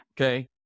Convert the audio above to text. Okay